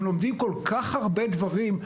הם לומדים כל כך הרבה דברים.